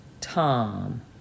Tom